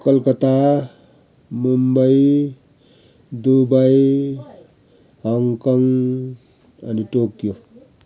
Calcutta Mumbai Dubai Hong Kong अनि Tokyo